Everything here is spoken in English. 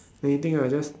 anything ah just